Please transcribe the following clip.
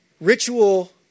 ritual